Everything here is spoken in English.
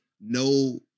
no